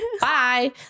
bye